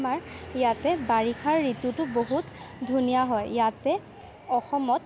আমাৰ ইয়াতে বাৰিষাৰ ঋতুটো বহুত ধুনীয়া হয় ইয়াতে অসমত